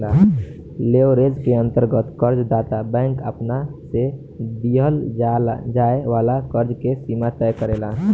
leverage के अंतर्गत कर्ज दाता बैंक आपना से दीहल जाए वाला कर्ज के सीमा तय करेला